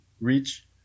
reach